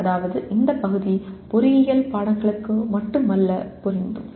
அதாவது இந்த பகுதி பொறியியல் பாடங்களுக்கு மட்டுமல்ல பொருந்தும்